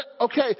okay